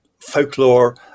folklore